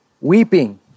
weeping